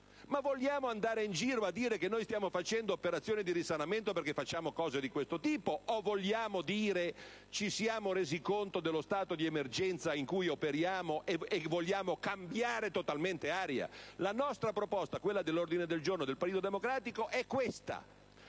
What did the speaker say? Ma vogliamo andare in giro a dire che noi stiamo facendo un'operazione di risanamento perché facciamo cose di questo tipo, o vogliamo dire che ci siamo resi conto dello stato di emergenza in cui operiamo e vogliamo cambiare totalmente aria? La proposta contenuta nell'ordine del giorno del Partito Democratico è questa.